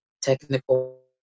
technical